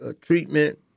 treatment